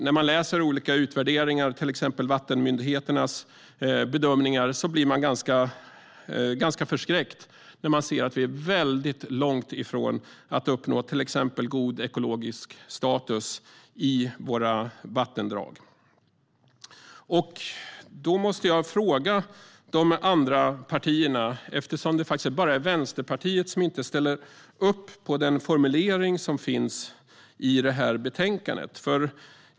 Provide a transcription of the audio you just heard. När man läser olika utvärderingar, till exempel vattenmyndigheternas bedömningar, blir man ganska förskräckt då man ser att vi är väldigt långt ifrån att uppnå till exempel god ekologisk status i våra vattendrag. Då måste jag ställa en fråga till de andra partierna, eftersom det bara är Vänsterpartiet som inte ställer upp på den formulering som finns i det här betänkandet.